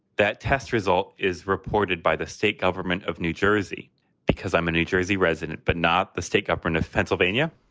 that test result is reported by the state government of new jersey because i'm a new jersey resident, but not the state government of pennsylvania.